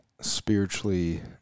spiritually